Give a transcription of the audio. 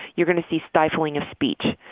you're going to see stifling of speech.